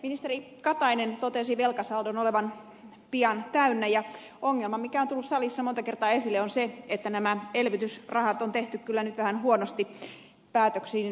ministeri katainen totesi velkasaldon olevan pian täynnä ja ongelma mikä on tullut salissa monta kertaa esille on se että nämä elvytysrahapäätökset on tehty kyllä nyt vähän huonosti